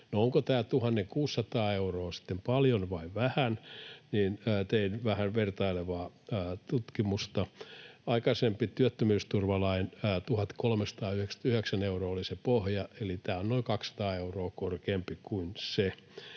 onko tämä 1 600 euroa sitten paljon vai vähän: tein vähän vertailevaa tutkimusta. Aikaisempi työttömyysturvalain 1 399 euroa oli se pohja, eli tämä on noin 200 euroa korkeampi kuin se.